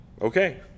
okay